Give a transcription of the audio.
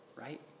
right